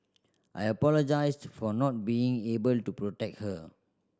I apologised for not being able to protect her